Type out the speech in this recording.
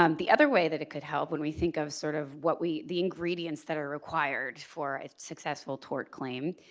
um the other way that it could help, when we think of sort of what we the ingredients that are required for a successful tort claim,